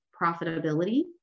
profitability